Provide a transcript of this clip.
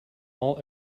all